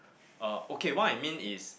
uh okay what I mean is